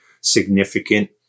significant